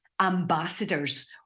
ambassadors